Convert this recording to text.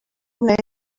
wneud